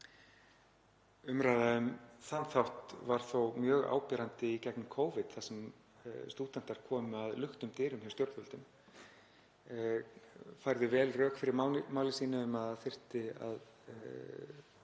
Umræða um þann þátt var þó mjög áberandi í gegnum Covid þar sem stúdentar komu að luktum dyrum hjá stjórnvöldum og færðu vel rök fyrir máli sínu um að það þyrfti að